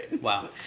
Wow